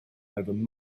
over